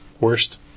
Worst